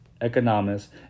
economists